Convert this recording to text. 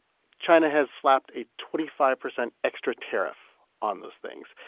china has slapped a twenty five percent extra tariff on those things.